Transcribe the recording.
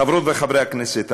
חברות וחברי הכנסת,